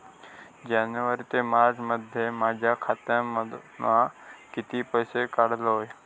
जानेवारी ते मार्चमध्ये माझ्या खात्यामधना किती पैसे काढलय?